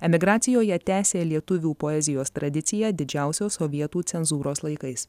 emigracijoje tęsė lietuvių poezijos tradiciją didžiausios sovietų cenzūros laikais